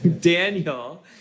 Daniel